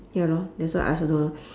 ya lor that's why I also don't know